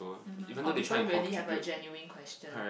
mmhmm or people really have a genuine question